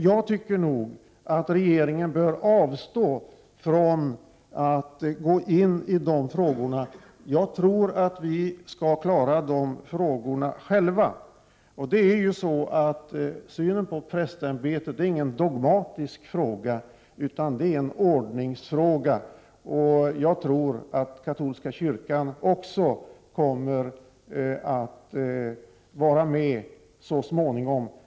Jag tycker nog att regeringen bör avstå från att gå in i de frågorna; jag tror att vi skall klara dem själva. Synen på prästämbetet är inte en dogmatisk fråga utan en ordningsfråga, och jag tror att katolska kyrkan också kommer att vara med så småningom.